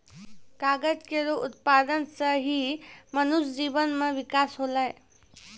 कागज केरो उत्पादन सें ही मनुष्य जीवन म बिकास होलै